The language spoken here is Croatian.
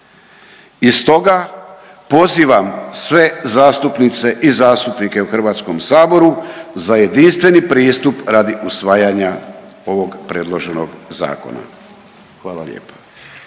I stoga pozivam sve zastupnice i zastupnike u HS za jedinstveni pristup radi usvajanja ovog predloženog zakona, hvala lijepa.